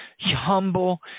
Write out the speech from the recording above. humble